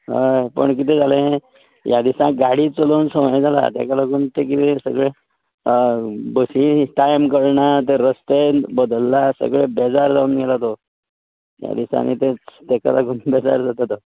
हय पण कितें जालें ह्या दिसाक गाडी चलोवन संवय जाल्या तेका लागून तें कितें सगलें बसी टायम कळना ते रस्तेय बदल्ला सगळे बेजार जावन गेला तो ह्या दिसांनी ते तेका लागून बेजार जाता तो